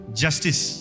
justice